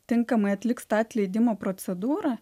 tinkamai atliks tą atleidimo procedūrą